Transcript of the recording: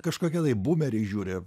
kažkokie lai būmeriai žiūri